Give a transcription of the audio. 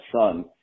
son